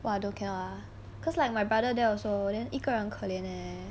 !wah! don't cannot lah cause like my brother there also then 一个人可怜 leh